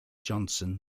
johnson